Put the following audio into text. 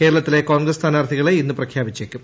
കേരളത്തിലെ കോൺഗ്രസ് സ്ഥാനാർഥികളെ ഇന്ന് പ്രഖ്യാപിച്ചേയ്ക്കും